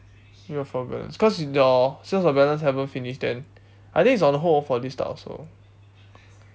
re-offer of balance cause the sales of balance haven't finish then I think it's on hold for this type also